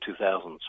2000s